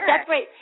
separate